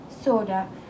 soda